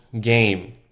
game